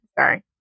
Sorry